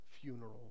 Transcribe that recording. funeral